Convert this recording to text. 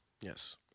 Yes